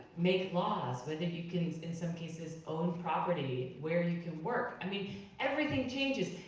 make laws, whether you can in some cases own property, where you can work. i mean everything changes.